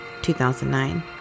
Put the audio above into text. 2009